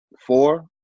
four